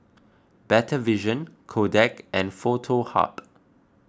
Better Vision Kodak and Foto Hub